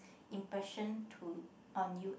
impression to on you